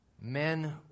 men